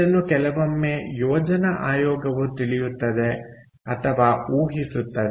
ಇದನ್ನು ಕೆಲವೊಮ್ಮೆ ಯೋಜನಾ ಆಯೋಗವು ತಿಳಿಯುತ್ತದೆ ಅಥವಾ ಊಹಿಸುತ್ತದೆ